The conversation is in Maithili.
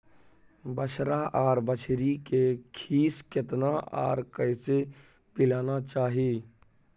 बछरा आर बछरी के खीस केतना आर कैसे पिलाना चाही?